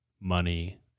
money